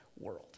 world